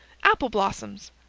apple-blossoms!